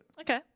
Okay